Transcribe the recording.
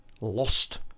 Lost